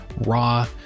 raw